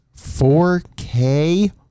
4k